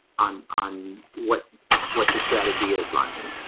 on on what what the strategy is. lonnie